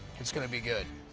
it's gonna be good.